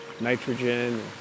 nitrogen